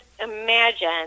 imagine